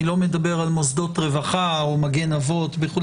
אני לא מדבר על מוסדות רווחה או מגן אבות וכולי.